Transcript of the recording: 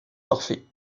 parfait